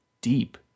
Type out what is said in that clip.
deep